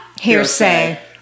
hearsay